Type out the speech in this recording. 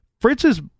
Fritz's